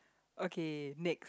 okay next